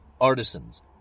artisans